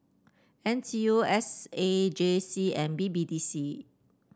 N T U S A J C and B B D C